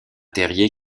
terrier